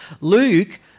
Luke